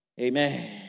Amen